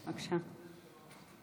בבקשה.